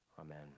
amen